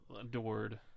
adored